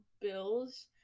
Bills